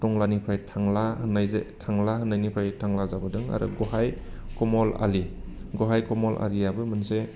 टांग्लानिफ्राय थांला होननाय थांला होननायनिफ्राय टांग्ला जाबोदों आरो बहाय कमल आलि गहाय कमल आलियाबो मोनसे